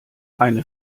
eine